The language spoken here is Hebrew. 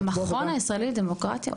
המכון הישראלי לדמוקרטיה?